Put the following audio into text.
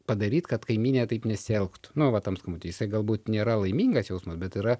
padaryt kad kaimynė taip nesielgtų nu vat tam skambutyje jisai galbūt nėra laimingas jausmas bet yra